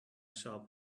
shop